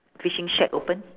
fishing shack open